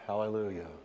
hallelujah